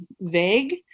vague